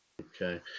Okay